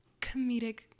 comedic